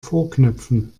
vorknöpfen